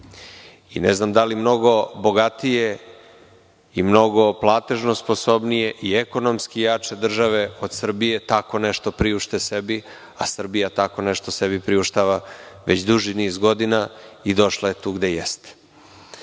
Ne znam da li mnogo bogatije zemlje i mnogo platežno sposobnije i ekonomski jače države od Srbije tako nešto priušte sebi, a Srbija tako nešto sebi priuštava već duži niz godina i došla je tu gde jeste. Rečeno